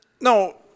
no